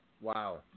Wow